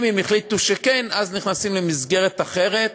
אם הם החליטו שכן, נכנסים למסגרת אחרת,